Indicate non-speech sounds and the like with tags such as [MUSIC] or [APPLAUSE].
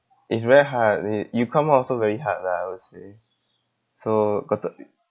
it's very hard it you come out also very hard lah I would say so got to [NOISE]